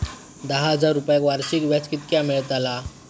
दहा हजार रुपयांक वर्षाक व्याज कितक्या मेलताला?